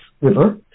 River